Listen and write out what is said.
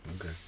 Okay